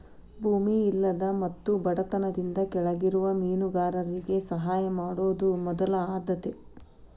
ಭೂಮಿ ಇಲ್ಲದ ಮತ್ತು ಬಡತನದಿಂದ ಕೆಳಗಿರುವ ಮೇನುಗಾರರಿಗೆ ಸಹಾಯ ಮಾಡುದ ಮೊದಲ ಆದ್ಯತೆ